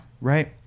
Right